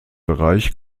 bereich